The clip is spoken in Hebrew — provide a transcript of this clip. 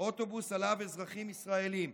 אוטובוס שעליו אזרחים ישראלים.